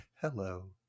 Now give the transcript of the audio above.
Hello